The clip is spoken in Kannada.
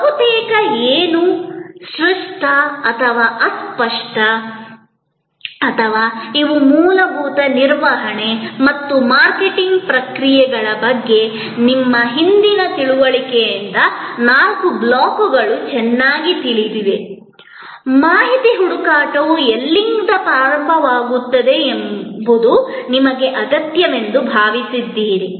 ಬಹುತೇಕ ಏನು ಸ್ಪಷ್ಟ ಅಥವಾ ಅಸ್ಪಷ್ಟ ಮತ್ತು ಇವು ಮೂಲಭೂತ ನಿರ್ವಹಣೆ ಮತ್ತು ಮಾರ್ಕೆಟಿಂಗ್ ಪ್ರಕ್ರಿಯೆಗಳ ಬಗ್ಗೆ ನಿಮ್ಮ ಹಿಂದಿನ ತಿಳುವಳಿಕೆಯಿಂದ ನಾಲ್ಕು ಬ್ಲಾಕ್ಗಳು ಚೆನ್ನಾಗಿ ತಿಳಿದಿವೆ ಮಾಹಿತಿ ಹುಡುಕಾಟವು ಎಲ್ಲಿಂದ ಪ್ರಾರಂಭವಾಗುತ್ತದೆ ಎಂಬುದು ನಿಮಗೆ ಅಗತ್ಯವೆಂದು ಭಾವಿಸಿದ್ದೀರಿ